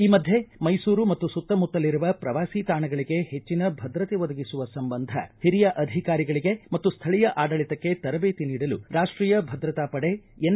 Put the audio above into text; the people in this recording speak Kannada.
ಈ ಮಧ್ಯೆ ಮೈಸೂರು ಮತ್ತು ಸುತ್ತಮುತ್ತಲಿರುವ ಪ್ರವಾಸಿ ತಾಣಗಳಗೆ ಹೆಚ್ಚಿನ ಭದ್ರತೆ ಒದಗಿಸುವ ಸಂಬಂಧ ಹಿರಿಯ ಅಧಿಕಾರಿಗಳಿಗೆ ಮತ್ತು ಸ್ಥಳೀಯ ಆಡಳಿತಕ್ಕೆ ತರಬೇತಿ ನೀಡಲು ರಾಷ್ಷೀಯ ಭದ್ರತಾ ಪಡೆ ಎನ್